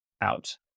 out